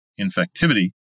infectivity